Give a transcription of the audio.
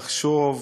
לחשוב